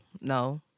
no